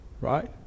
right